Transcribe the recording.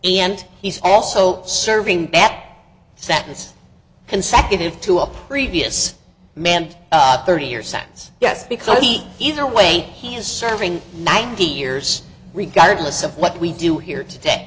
and he's also serving bat sentence consecutive to a previous manned thirty year sentence yes because he either way he is serving ninety years regardless of what we do here today